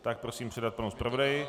Tak prosím předat panu zpravodaji.